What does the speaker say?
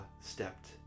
stepped